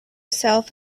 self